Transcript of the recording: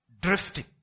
drifting